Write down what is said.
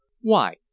Why